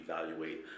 evaluate